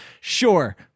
sure